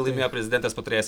laimėjo prezidentės patarėjas